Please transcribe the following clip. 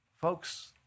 Folks